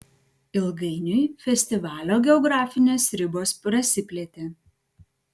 ilgainiui festivalio geografinės ribos prasiplėtė